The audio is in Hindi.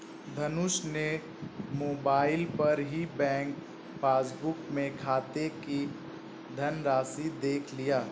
धनुष ने मोबाइल पर ही बैंक पासबुक में खाते की धनराशि देख लिया